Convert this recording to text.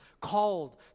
called